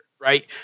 right